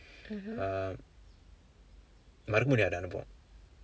uh மறக்க முடியாத அனுபவம்:marakka mudiyaatha anupavam